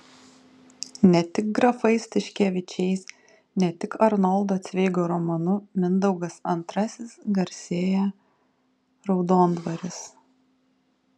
ne tik grafais tiškevičiais ne tik arnoldo cveigo romanu mindaugas ii garsėja raudondvaris